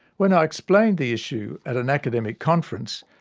when i explained the issue at an academic conference,